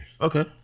Okay